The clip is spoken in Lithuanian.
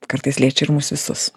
kartais liečia ir mus visus